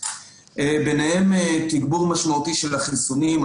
ביניהם תגבור משמעותי של החיסונים.